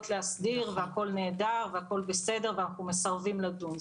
להסדיר והכול נהדר והכול בסדר ואנחנו מסרבים לדון,